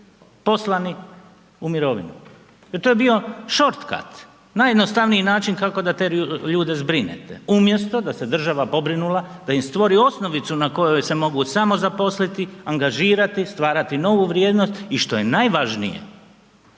poslani u mirovinu i to je bio shortcut, najjednostavniji način kako da te ljude zbrinete, umjesto da se država pobrinula da im stvori osnovicu na kojoj se mogu samozaposliti, angažirati, stvarati novu vrijednost i što je najvažnije,